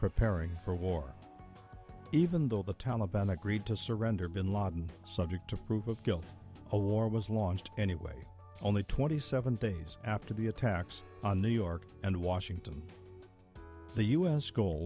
preparing for war even though the taliban agreed to surrender bin laden subject to proof of guilt a war was launched anyway only twenty seven days after the attacks on new york and washington the u s goal